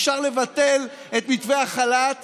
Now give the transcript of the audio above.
אפשר לבטל את מתווה החל"ת